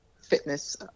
fitness